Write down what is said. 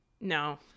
No